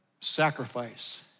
sacrifice